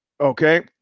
Okay